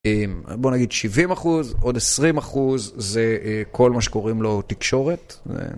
בוא נגיד 70 אחוז, עוד 20 אחוז זה כל מה שקוראים לו תקשורת.